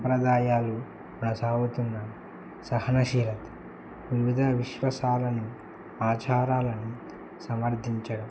సంప్రదాయాలు కొనసాగుతున్న సహనశీలత వివిద విశ్వాసాలను ఆచారాలను సమర్ధించడం